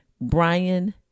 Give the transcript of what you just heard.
Brian